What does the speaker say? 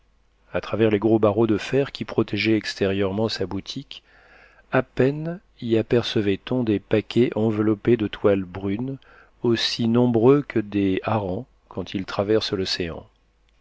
a travers les gros barreaux de fer qui protégeaient extérieurement sa boutique à peine y apercevait on des paquets enveloppés de toile brune aussi nombreux que des harengs quand ils traversent l'océan